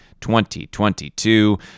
2022